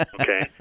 Okay